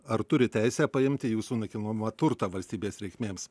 ar turi teisę paimti jūsų nekilnojamą turtą valstybės reikmėms